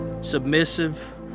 submissive